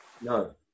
No